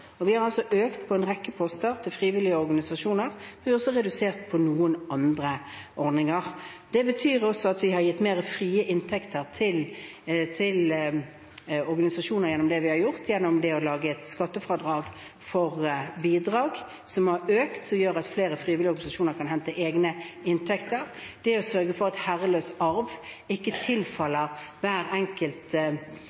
har gitt mer frie inntekter til organisasjoner gjennom det vi har gjort, og gjennom å lage et skattefradrag for bidrag, som har økt, og som gjør at flere frivillige organisasjoner kan hente egne inntekter. Det er å sørge for at herreløs arv ikke